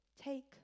Take